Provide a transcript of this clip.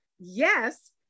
yes